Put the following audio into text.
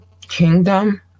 kingdom